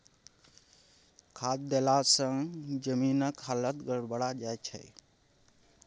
खाद देलासँ जमीनक हालत गड़बड़ा जाय छै